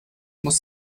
muss